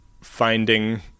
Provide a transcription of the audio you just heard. finding